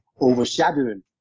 overshadowing